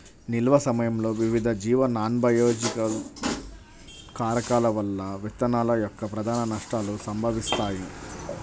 నిల్వ సమయంలో వివిధ జీవ నాన్బయోలాజికల్ కారకాల వల్ల విత్తనాల యొక్క ప్రధాన నష్టాలు సంభవిస్తాయి